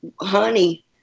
honey